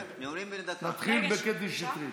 זה השיקול המרכזי